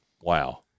Wow